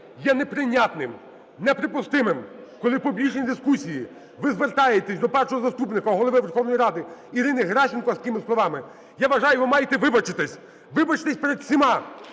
є неприйнятним, неприпустимим, коли у публічній дискусії ви звертаєтесь до Першого заступника Голови Верховної Ради Ірини Геращенко з такими словами. Я вважаю, ви маєте вибачитись. Вибачтесь перед всіма!